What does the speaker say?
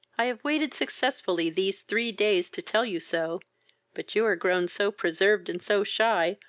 i have waited successfully these three days to tell you so but you are grown so preserved and so shy,